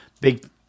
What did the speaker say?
big